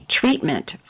Treatment